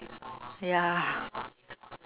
ya